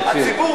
תקשיב,